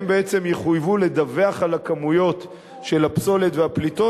הם בעצם יחויבו לדווח על הכמויות של הפסולת והפליטות,